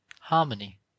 harmony